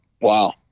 Wow